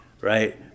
right